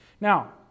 Now